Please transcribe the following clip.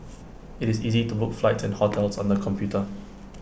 IT is easy to book flights and hotels on the computer